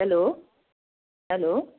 hello hello